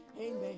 Amen